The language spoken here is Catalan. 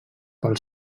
pel